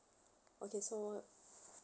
okay so